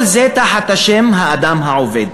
כל זה תחת השם "האדם העובד".